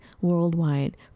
worldwide